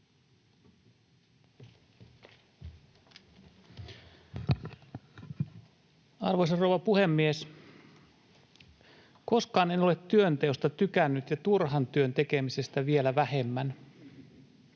Arvoisa rouva puhemies! Koskaan en ole työnteosta tykännyt ja turhan työn tekemisestä vielä vähemmän